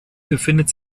befindet